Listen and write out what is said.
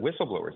whistleblowers